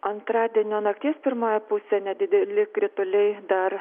antradienio nakties pirmoje pusėj nedideli krituliai dar